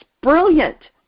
brilliant